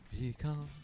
become